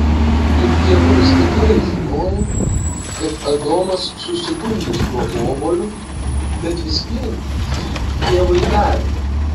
juk dievulis tikrai žinojo kad adomas susigundys tuo obuoliu bet vis vien jį ievai davė